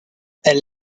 elle